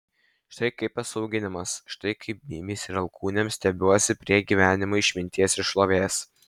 štai kaip esu auginamas štai kaip bybiais ir alkūnėm stiebiuosi prie gyvenimo išminties ir šlovės